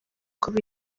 kuba